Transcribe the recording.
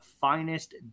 finest